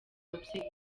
babyeyi